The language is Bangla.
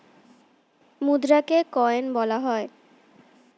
মুদ্রাকে কয়েন বলা হয়